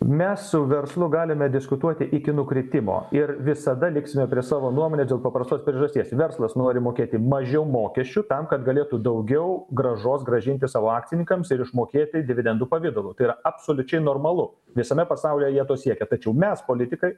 mes su verslu galime diskutuoti iki nukritimo ir visada liksime prie savo nuomonės dėl paprastos priežasties verslas nori mokėti mažiau mokesčių tam kad galėtų daugiau grąžos grąžinti savo akcininkams ir išmokėti dividentų pavidalu tai yra absoliučiai normalu visame pasaulyje jie to siekia tačiau mes politikai